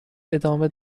ادامه